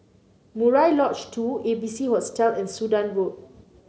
Murai Lodge Two A B C Hostel and Sudan Road